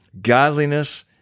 Godliness